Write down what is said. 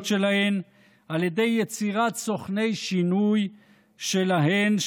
שלהן על ידי יצירת סוכני שינוי שלהן,